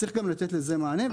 צריך גם לתת לזה מענה,